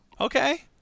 Okay